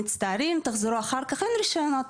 מצטערים, תחזרו אחר כך אין רישיונות.